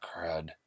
crud